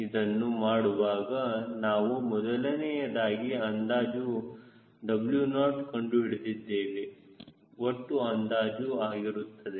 ಇದನ್ನು ಮಾಡುವಾಗ ನಾವು ಮೊದಲನೆಯದಾಗಿ ಅಂದಾಜು W0 ಕಂಡು ಹಿಡಿದಿದ್ದೇವೆ ಒಟ್ಟು ಅಂದಾಜು ಆಗಿರುತ್ತದೆ